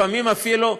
לפעמים אפילו,